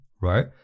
right